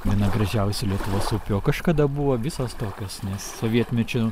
viena gražiausių lietuvos upių o kažkada buvo visos tokios nes sovietmečiu